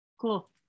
Cool